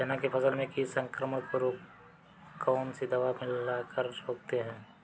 चना के फसल में कीट संक्रमण को कौन सी दवा मिला कर रोकते हैं?